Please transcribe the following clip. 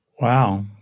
Wow